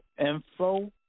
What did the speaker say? info